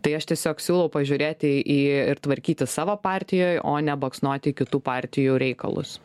tai aš tiesiog siūlau pažiūrėti į ir tvarkytis savo partijoj o ne baksnoti kitų partijų reikalus